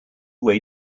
way